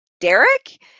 Derek